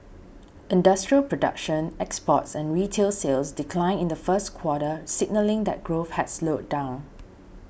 industrial production exports and retail sales declined in the first quarter signalling that growth had slowed down